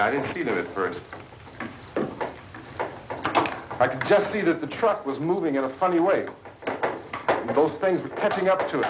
i didn't see them at first i could just see that the truck was moving in a funny way but all things